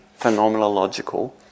phenomenological